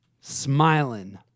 smiling